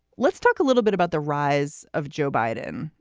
let's talk a little bit about the rise of joe biden,